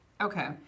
Okay